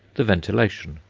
the ventilation,